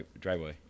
driveway